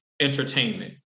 entertainment